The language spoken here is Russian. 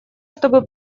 чтобы